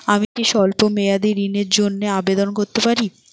আমি কি স্বল্প মেয়াদি ঋণের জন্যে আবেদন করতে পারি?